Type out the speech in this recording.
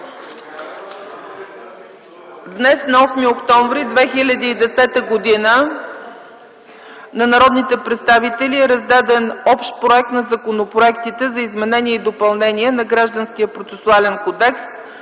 Днес, на 8 октомври 2010 г., на народните представители е раздаден Общ проект на законопроектите за изменение и допълнение на Гражданския процесуален кодекс,